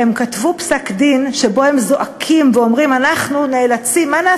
הם כתבו פסק-דין שבו הם זועקים ואומרים: מה נעשה?